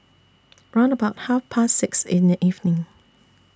round about Half Past six in The evening